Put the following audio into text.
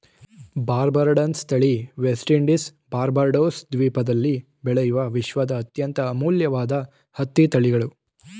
ಬಾರ್ಬಡನ್ಸ್ ತಳಿ ವೆಸ್ಟ್ ಇಂಡೀಸ್ನ ಬಾರ್ಬಡೋಸ್ ದ್ವೀಪದಲ್ಲಿ ಬೆಳೆಯುವ ವಿಶ್ವದ ಅತ್ಯಂತ ಅಮೂಲ್ಯವಾದ ಹತ್ತಿ ತಳಿಗಳು